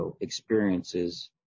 experiences